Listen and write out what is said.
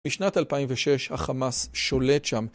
משנת 2006 החמאס שולט שם.